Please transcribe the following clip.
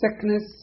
sickness